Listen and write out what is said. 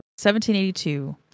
1782